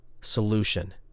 solution